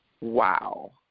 wow